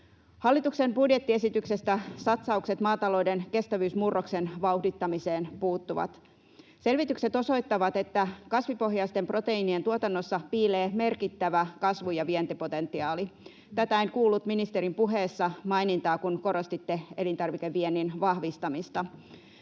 Hallituksen budjettiesityksestä satsaukset maatalouden kestävyysmurroksen vauhdittamiseen puuttuvat. Selvitykset osoittavat, että kasvipohjaisten proteiinien tuotannossa piilee merkittävä kasvu- ja vientipotentiaali. Tästä en kuullut ministerin puheessa mainintaa, kun korostitte elintarvikeviennin vahvistamista.